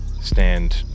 stand